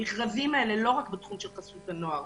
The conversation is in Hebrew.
המכרזים האלה לא רק בתחום של חסות הנוער